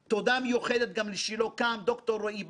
תודה מיוחדת לך,